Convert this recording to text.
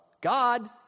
God